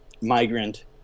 Migrant